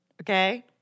Okay